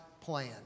plan